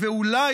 ואולי,